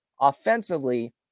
Offensively